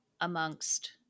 amongst